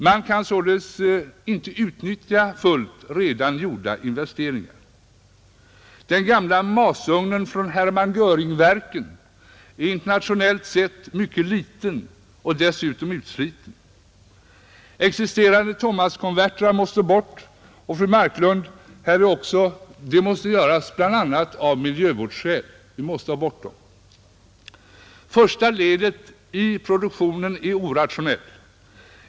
Man kan således inte fullt utnyttja redan gjorda investeringar. Den gamla masugnen från Hermann Göringverken är internationellt sett mycket liten och dessutom nu utsliten, Existerande Thomaskonvertrar är omoderna och måste bort, bl.a. av miljövårdsskäl. Detta efterlyste ju också fru Marklund. Första ledet i produktionen är orationell.